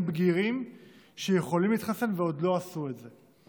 בגירים שיכולים להתחסן ועוד לא עשו את זה.